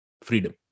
freedom